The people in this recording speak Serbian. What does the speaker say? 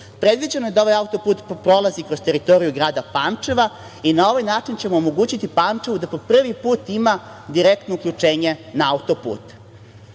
Predviđeno je da ovaj auto-put prolazi kroz teritoriju grada Pančeva i na ovaj način ćemo omogućiti Pančevu da prvi put ima direktno uključenje na auto-put. Pančevo